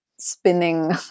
spinning